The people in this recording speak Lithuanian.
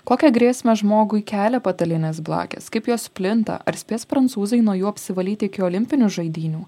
kokią grėsmę žmogui kelia patalinės blakės kaip jos plinta ar spės prancūzai nuo jų apsivalyti iki olimpinių žaidynių